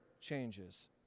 changes